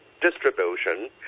distribution